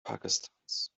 pakistans